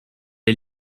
est